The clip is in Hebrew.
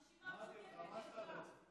הרשימה המשותפת סידרה,